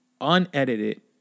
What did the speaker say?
unedited